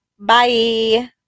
Bye